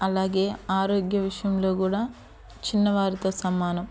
అలాగే ఆరోగ్య విషయంలో కూడా చిన్నవారితో సమానం